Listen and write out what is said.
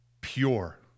pure